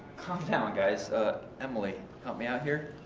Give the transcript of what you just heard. calm down guys ah emily help me out here?